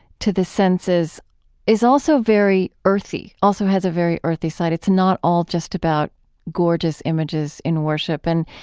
to the senses is also very earthy, also has a very earthy side. it's not all just about gorgeous images in worship. and,